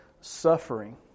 suffering